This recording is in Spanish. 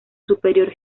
superior